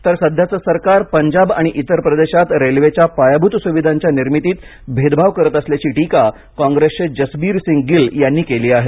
तर सध्याचे सरकार पंजाब आणि इतर प्रदेशात रेल्वेच्या पायाभूत सुविधांच्या निर्मितीत भेदभाव करत असल्याची टीका कॉंग्रेसचे जसबीरसिंग गिल यांनी केली आहे